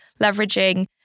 leveraging